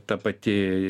ta pati